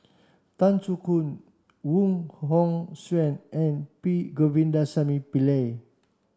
Tan Soo Khoon Wong Hong Suen and P Govindasamy Pillai